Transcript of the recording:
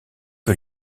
peu